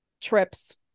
trips